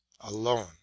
alone